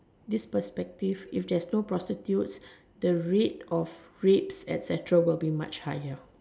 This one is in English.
this perspective if there's no prostitutes the rate of rapes etcetera will be much higher